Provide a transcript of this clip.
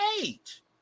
age